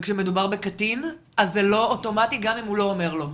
ושמדובר בקטין זה לא אוטומטי אם הוא לא אומר לא.